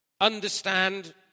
understand